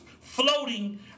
floating